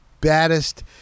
baddest